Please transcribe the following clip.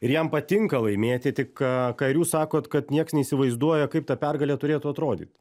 ir jam patinka laimėti tik ką ir jūs sakot kad nieks neįsivaizduoja kaip ta pergalė turėtų atrodyt